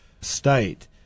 state